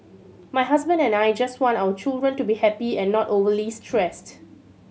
my husband and I just want our children to be happy and not overly stressed